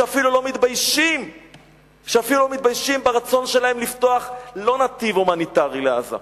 שאפילו לא מתביישים ברצון שלהם לפתוח לא נתיב הומניטרי לעזה,